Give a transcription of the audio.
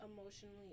emotionally